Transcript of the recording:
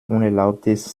unerlaubtes